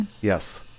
Yes